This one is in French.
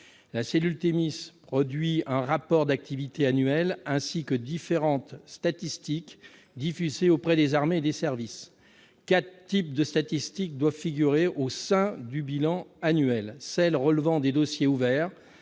La cellule Thémis produit un rapport d'activité annuel, ainsi que différentes statistiques, qui sont diffusées auprès des armées et des services. Quatre types de statistiques doivent figurer au sein du bilan annuel : celles qui relèvent des dossiers ouverts,